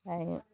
ओमफ्राय